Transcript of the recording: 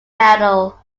medal